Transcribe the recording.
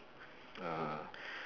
uh